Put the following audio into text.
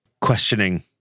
questioning